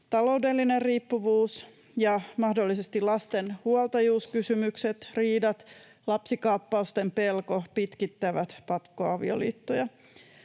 Taloudellinen riippuvuus ja mahdollisesti lasten huoltajuuskysymykset, riidat, lapsikaappausten pelko pitkittävät pakkoavioliittoja.